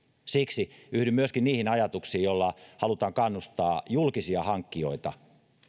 siksi yhdyn myöskin niihin ajatuksiin joilla halutaan kannustaa julkisia hankkijoita